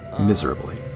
miserably